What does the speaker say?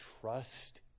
trust